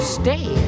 stay